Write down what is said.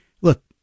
look